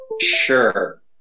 Sure